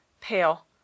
pale